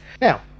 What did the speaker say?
Now